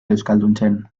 euskalduntzen